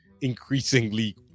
increasingly